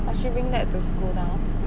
oh she bring that to school now